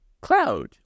cloud